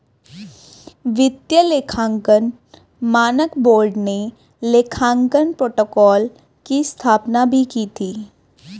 वित्तीय लेखांकन मानक बोर्ड ने लेखांकन प्रोटोकॉल की स्थापना भी की थी